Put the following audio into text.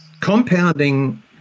Compounding